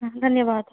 हा धन्यवादः